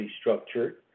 structured